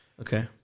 Okay